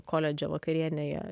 koledže vakarienėje